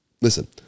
listen